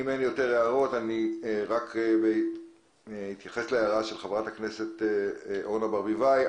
אני אתייחס להערה של חברת הכנסת אורנה ברביבאי.